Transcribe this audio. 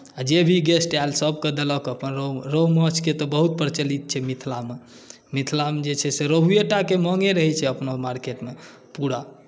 आ जे भी गेस्ट आयल सभकेँ देलक अपन रोहु रोहु माछ तऽ बहुत प्रचलित छै मिथिलामे मिथिलामे जे छै से रोहुएटाके माँगे रहैत छै अपना मार्केटमे पूरा